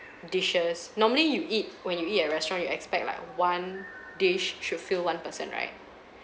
dishes normally you eat when you eat at restaurant you expect like one dish should fill one person right